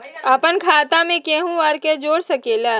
अपन खाता मे केहु आर के जोड़ सके ला?